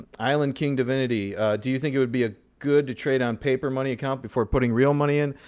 island king divinity do you think it would be a good trade on paper money account before putting real money in?